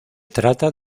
trata